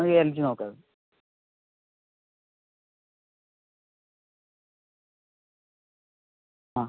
ആ L G നോക്കാം ആ